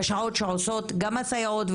השעות שעושות גם הסייעות,